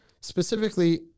Specifically